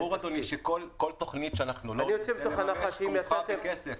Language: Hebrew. ברור, אדוני, שכל תכנית שאנחנו --- כרוכה בכסף.